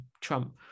Trump